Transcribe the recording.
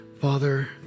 Father